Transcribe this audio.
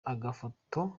agafoto